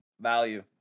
value